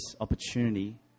opportunity